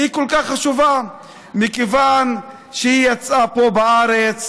כל כך חשובה מכיוון שהיא יצאה פה בארץ,